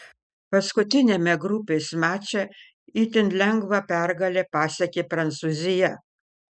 paskutiniame grupės mače itin lengvą pergalę pasiekė prancūzija